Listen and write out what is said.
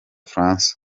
francois